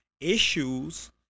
issues